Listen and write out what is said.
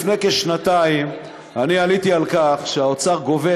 לפני כשנתיים עליתי על כך שהאוצר גובה